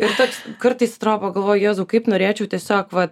ir toks kartais atro pagalvoju jėzau kaip norėčiau tiesiog va